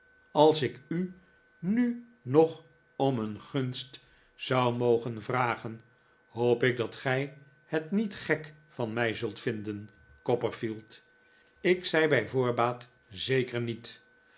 als ik u mi nog om een gunst zou mogen vragen hoop ik dat gij het niet gek van mij zult vinden copperfield ik zei bij voortbaat zeker niet